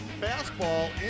fastball